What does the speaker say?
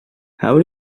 how